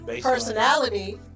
personality